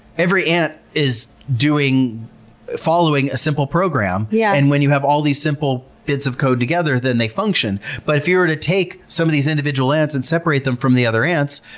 every ant is following a simple program, yeah and when you have all these simple bits of code together, then they function. but if you were to take some of these individual ants and separate them from the other ants,